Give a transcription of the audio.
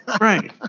right